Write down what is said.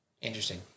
Interesting